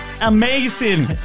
amazing